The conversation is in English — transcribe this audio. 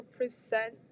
percent